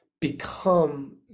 become